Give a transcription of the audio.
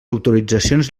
autoritzacions